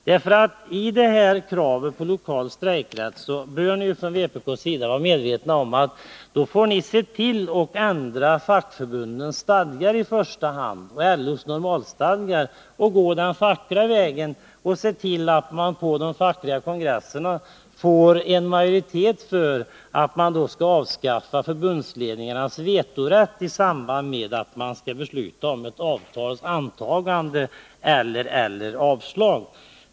När det gäller kravet på lokal strejkrätt bör ni från vpk:s sida vara medvetna om att ni i första hand måste se till att förbundens stadgar och LO:s normalstadgar ändras. På de fackliga kongresserna måste det finnas en majoritet för ett avskaffande av förbundsledningarnas vetorätt i samband med att man beslutar om ett avtal skall antagas eller ej.